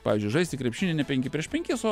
pavyzdžiui žaisti krepšinį ne penki prieš penkis o